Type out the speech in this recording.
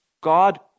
God